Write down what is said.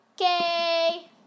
Okay